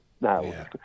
now